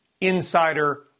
insider